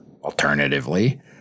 alternatively